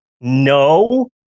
no